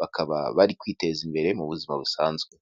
bakaba bari kwiteza imbere mu buzima busanzwe.